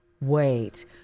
Wait